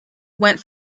went